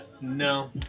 no